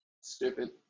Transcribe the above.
Stupid